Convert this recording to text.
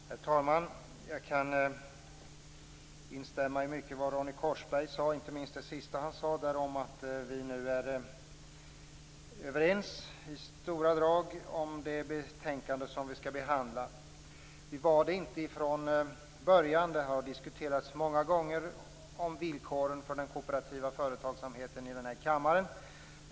Herr talman! Jag kan instämma i mycket av vad Ronny Korsberg sade, inte minst det sista om att vi nu i stora drag är överens om det betänkande vi skall behandla. Vi var det inte från början. Villkoren för den kooperativa företagsamheten har diskuterats många gånger i den här kammaren.